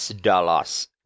Dallas